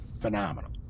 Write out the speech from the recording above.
phenomenal